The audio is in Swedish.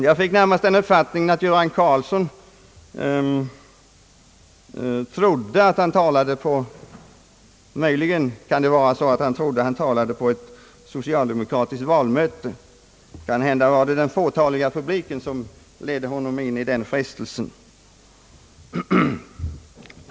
Jag fick den uppfattningen att herr Göran Karlsson trodde att han talade på ett socialdemokratiskt valmöte; måhända var det den fåtaliga publiken som ledde honom in på den frestelsen.